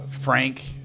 Frank